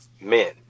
men